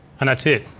and that's it.